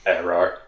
Error